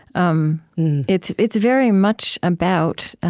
um it's it's very much about